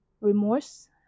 remorse